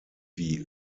wie